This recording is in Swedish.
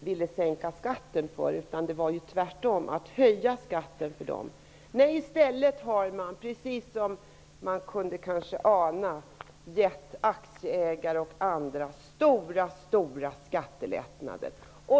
ville sänka skatten för, utan det var ju att höja skatten för dem. Nej, i stället har de borgerliga, precis som man kanske kunde ana, givit bl.a. aktieägare mycket stora skattelättnader.